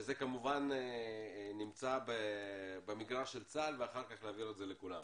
וזה כמובן נמצא במגרש של צה"ל ואחר כך להעביר את זה לכולם.